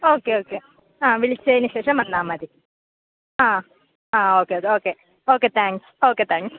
okay okay ആ വിളിച്ചതിന് ശേഷം വന്നാൽ മതി ആ ആ okay okay okay okay thanks okay thanks